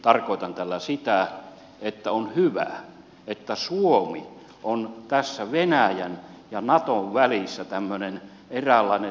tarkoitan tällä sitä että on hyvä että suomi on tässä venäjän ja naton välissä tämmöinen eräänlainen liittoutumaton vyöhyke